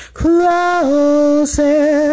closer